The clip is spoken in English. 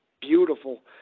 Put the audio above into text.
beautiful